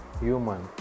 human